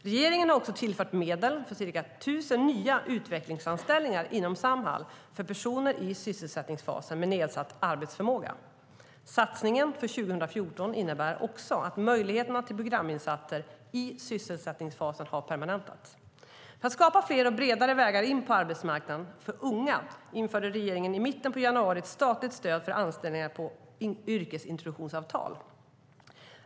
Regeringen har också tillfört medel för 1 000 nya utvecklingsanställningar inom Samhall för personer i sysselsättningsfasen med nedsatt arbetsförmåga. Satsningen för 2014 innebär också att möjligheterna till programinsatser i sysselsättningsfasen har permanentats. För att skapa fler och bredare vägar in på arbetsmarknaden för unga införde regeringen i mitten på januari ett statligt stöd för anställningar på yrkesintroduktionsavtal.